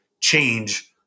change